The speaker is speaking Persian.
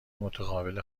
متقابل